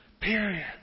Period